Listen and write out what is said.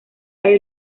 hay